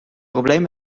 probleem